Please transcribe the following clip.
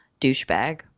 douchebag